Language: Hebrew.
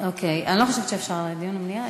אוקיי, אני לא חושבת שאפשר להעביר למליאה.